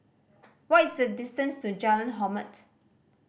what is the distance to Jalan Hormat